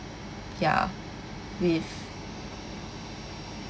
ya with